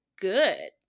Good